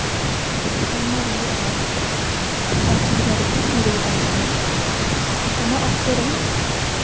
ᱟᱭᱢᱟ ᱨᱮᱸᱜᱮᱡ ᱦᱚᱲ ᱚᱥᱩᱵᱤᱫᱷᱟ ᱨᱮᱠᱚ ᱧᱩᱨᱩ ᱟᱠᱟᱱ ᱛᱟᱦᱮᱱᱟ ᱚᱱᱟ ᱚᱠᱛᱚ ᱨᱮ